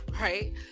right